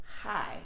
hi